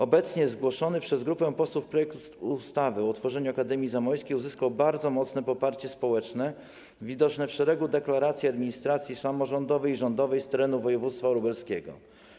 Obecnie zgłoszony przez grupę posłów projekt ustawy o utworzeniu Akademii Zamojskiej uzyskał bardzo mocne poparcie społeczne, widoczne w szeregu deklaracji administracji samorządowej i rządowej z terenu województwa lubelskiego.